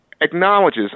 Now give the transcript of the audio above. acknowledges